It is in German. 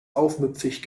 aufmüpfig